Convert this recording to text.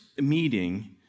meeting